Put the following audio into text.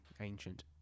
ancient